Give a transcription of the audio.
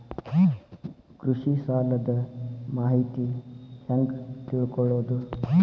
ಕೃಷಿ ಸಾಲದ ಮಾಹಿತಿ ಹೆಂಗ್ ತಿಳ್ಕೊಳ್ಳೋದು?